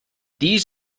these